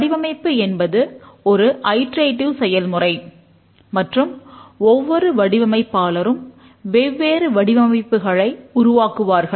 வடிவமைப்பு என்பது ஒரு ஐட்ரேடிவ் செயல்முறை மற்றும் ஒவ்வொரு வடிவமைப்பாளரும் வெவ்வேறு வடிவமைப்புகளை உருவாக்குவார்கள்